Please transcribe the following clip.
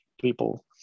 people